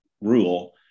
rule